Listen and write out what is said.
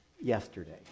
yesterday